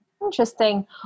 Interesting